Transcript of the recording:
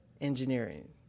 engineering